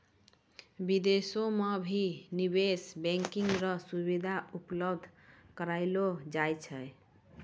विदेशो म भी निवेश बैंकिंग र सुविधा उपलब्ध करयलो जाय छै